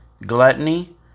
gluttony